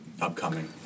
upcoming